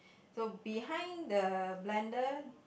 so behind the blender